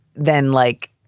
then like,